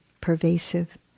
pervasive